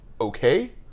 Okay